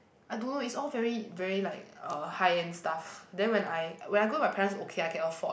I don't know is all very very like uh high end stuff then when I when I go with my parents okay I can afford